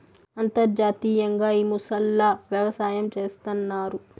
అంతర్జాతీయంగా ఈ మొసళ్ళ వ్యవసాయం చేస్తన్నారు